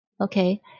Okay